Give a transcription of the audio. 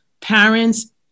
parents